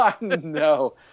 No